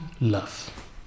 Love